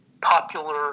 popular